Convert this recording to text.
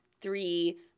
three